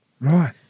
Right